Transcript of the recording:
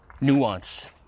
Nuance